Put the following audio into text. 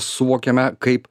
suvokiame kaip